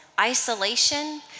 Isolation